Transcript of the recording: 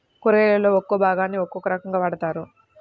కూరగాయలలో ఒక్కో భాగాన్ని ఒక్కో రకంగా వాడతారు